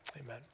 Amen